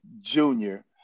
Junior